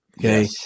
Okay